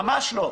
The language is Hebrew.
ממש לא?